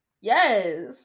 Yes